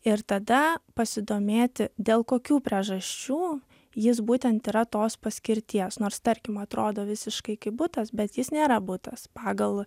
ir tada pasidomėti dėl kokių priežasčių jis būtent yra tos paskirties nors tarkim atrodo visiškai kaip butas bet jis nėra butas pagal